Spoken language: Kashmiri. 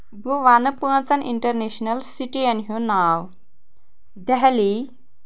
بہٕ وَنہٕ پٲنٛژن اِنٛٹرنیٚشنَل سِٹِیَن ہُنٛد ناو دہلی